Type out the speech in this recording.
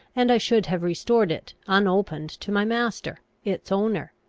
and i should have restored it unopened to my master, its owner.